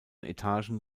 etagen